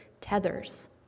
tethers